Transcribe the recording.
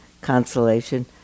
consolation